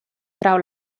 trau